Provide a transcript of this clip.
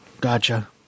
Gotcha